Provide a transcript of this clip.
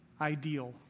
ideal